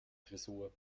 tresor